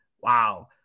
wow